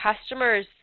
customers